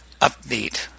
upbeat